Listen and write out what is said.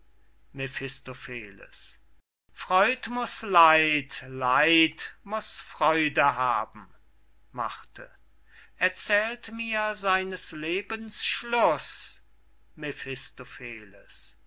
mephistopheles freud muß leid leid muß freude haben erzählt mir seines lebens schluß